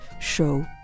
show